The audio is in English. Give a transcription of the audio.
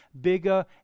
bigger